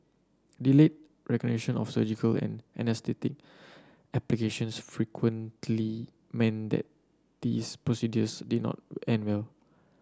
delayed recognition of surgical and anaesthetic applications frequently meant that these procedures did not end well